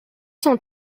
cent